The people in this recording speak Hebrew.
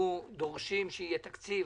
אנחנו דורשים שיהיה תקציב.